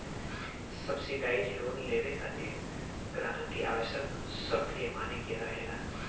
subsidise loan लेबे खातिर ग्राहक के आवश्यक शर्त के माने के रहेला